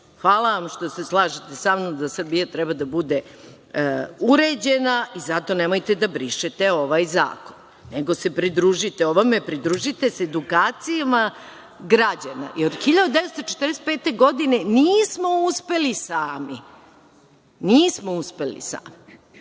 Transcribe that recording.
način. Hvala vam što se slažete samnom, da Srbija treba da bude uređena i zato nemojte da brišete ovaj zakon, nego se pridružite ovome, pridružite se edukacijama građana, jer 1945. godine nismo uspeli sami, nismo uspeli sami.